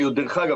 דרך אגב,